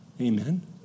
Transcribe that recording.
Amen